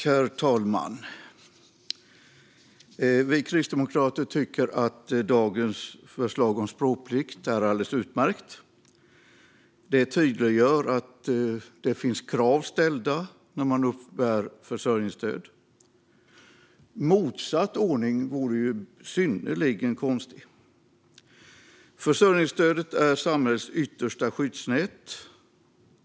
Herr talman! Vi kristdemokrater tycker att dagens förslag om språkplikt är alldeles utmärkt. Det tydliggör att det finns krav ställda när man uppbär försörjningsstöd. Motsatt ordning vore synnerligen konstig. Försörjningsstödet är samhällets yttersta skyddsnät.